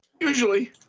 Usually